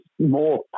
more